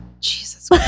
Jesus